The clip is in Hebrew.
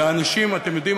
ואתם יודעים,